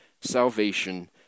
salvation